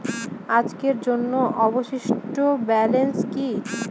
আজকের জন্য অবশিষ্ট ব্যালেন্স কি?